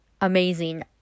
amazing